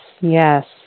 Yes